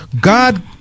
God